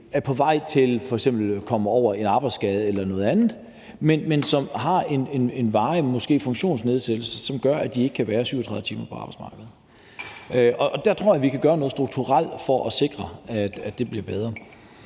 er på vej til f.eks. at komme over en arbejdsskade eller noget andet, men som har en måske varig funktionsnedsættelse, som gør, at de ikke kan være 37 timer på arbejdsmarkedet. Der tror jeg, vi kan gøre noget strukturelt for at sikre, at det bliver bedre.